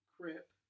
Crip